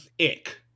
ick